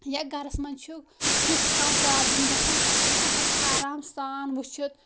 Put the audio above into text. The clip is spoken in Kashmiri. یَتھ گرَس منٛز چھُ تِژھ کانٛہہ پرابلِم گژھان سُہ ہٮ۪کہِ آرام سان وٕچھِتھ